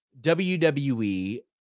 WWE